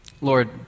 Lord